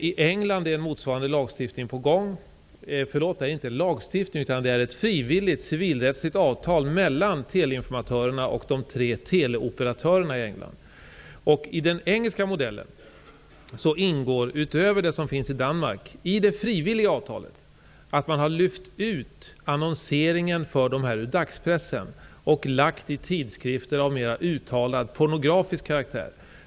I England finns frivilliga civilrättsliga avtal mellan teleinformatörerna och de tre teleoperatörerna. I den engelska modellen ingår, utöver det som finns i Danmark, i det frivilliga avtalet att man lyft ut annonseringen för dessa tjänster ur dagspressen och lagt den i tidskrifter av mer uttalad pronografisk karaktär.